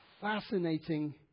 fascinating